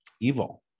Evil